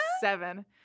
Seven